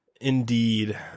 indeed